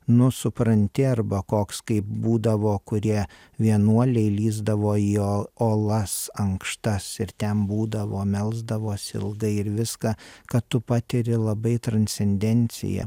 nu supranti arba koks kaip būdavo kurie vienuoliai lįsdavo į jo olas ankštas ir ten būdavo melsdavosi ilgai ir viską kad tu patiri labai transcendenciją